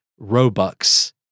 Robux